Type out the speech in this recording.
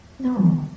No